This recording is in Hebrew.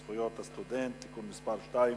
הצעת חוק זכויות הסטודנט (תיקון מס' 2),